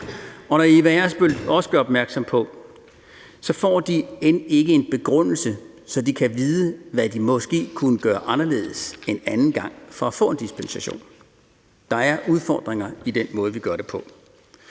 Og Eva Ersbøll gør også opmærksom på, at de end ikke får en begrundelse, så de kan vide, hvad de måske kunne gøre anderledes en anden gang for at få en dispensation. Der er udfordringer i den måde, vi gør det på.